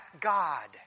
God